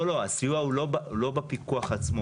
לא, לא, הסיוע הוא לא בפיקוח עצמו.